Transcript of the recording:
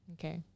Okay